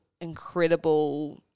incredible